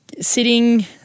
sitting